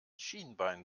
schienbein